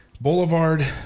Boulevard